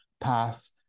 pass